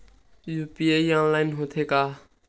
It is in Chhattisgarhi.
यू.पी.आई ऑनलाइन होथे का?